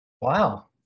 Wow